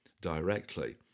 directly